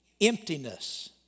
emptiness